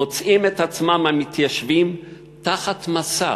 מוצאים את עצמם המתיישבים תחת מסע